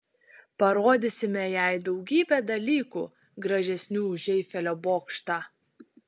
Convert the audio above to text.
parodysime jai daugybę dalykų gražesnių už eifelio bokštą